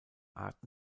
art